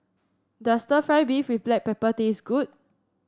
does stir fry beef with Black Pepper taste good